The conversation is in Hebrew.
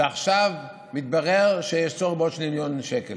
ועכשיו מתברר שיש צורך בעוד 2 מיליון שקל,